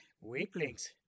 Weaklings